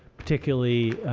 particularly